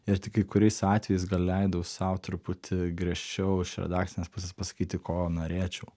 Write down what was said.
ir tik kai kuriais atvejais gal leidau sau truputį griežčiau iš redakcinės pusės pasakyti ko norėčiau